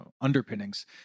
underpinnings